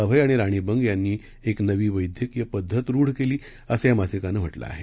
अभय आणि राणी बंग यांनी एक नवी वद्यक्रीय पद्धत रूढ केली असं या मासिकानं म्हटलं आहे